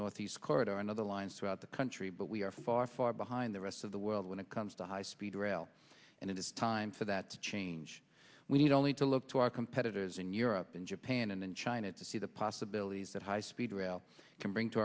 northeast corridor and other lines throughout the country but we are far far behind the rest of the world when it comes to high speed rail and it is time for that to change we need only to look to our competitors in europe and japan and china to see the possibilities that high speed rail can bring to